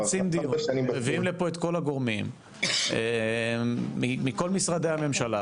מביאים לפה את כל הגורמים מכל משרדי הממשלה,